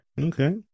Okay